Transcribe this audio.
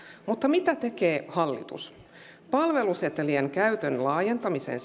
mutta mitä tekee hallitus palvelusetelien käytön laajentamisen